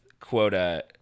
quota